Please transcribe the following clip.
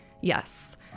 Yes